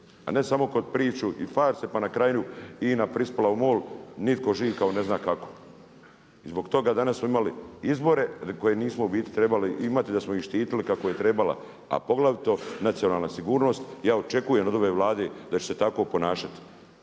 A ne samo kroz priču i farse pa na kraju INA prispjela u MOL, nitko živ kao ne zna kako. I zbog toga danas smo imali izbore koje nismo u biti trebali imati, da smo ih štitili kako je trebala, a poglavito nacionalna sigurnost. Ja očekujemo od ove Vlade da će se tako ponašati.